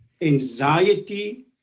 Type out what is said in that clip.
anxiety